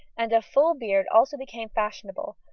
and full beards also became fashionable,